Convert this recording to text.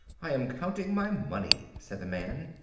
i am counting my money, said the man.